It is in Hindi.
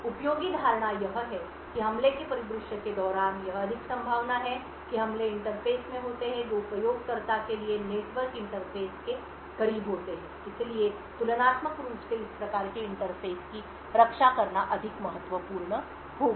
उपयोगी धारणा यह है कि हमले के परिदृश्य के दौरान यह अधिक संभावना है कि हमले इंटरफ़ेस में होते हैं जो उपयोगकर्ता के लिए नेटवर्क इंटरफेस के करीब होते हैं इसलिए तुलनात्मक रूप से इस प्रकार के इंटरफेस की रक्षा करना अधिक महत्वपूर्ण होगा